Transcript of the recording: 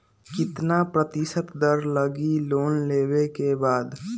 कितना प्रतिशत दर लगी लोन लेबे के बाद?